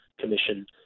Commission